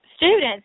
Students